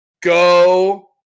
go